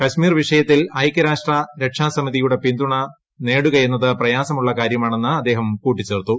കശ്മീർവിഷയത്തിൽഐക്യരാഷ്ട്ര രക്ഷാസമിതിയുടെ പിന്തുണ നേടുകയെന്നത് പ്രയാസമുള്ളകാര്യമാണെന്ന്അദ്ദേഹംകൂട്ടിച്ചേർത്തു